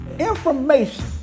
Information